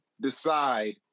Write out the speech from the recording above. decide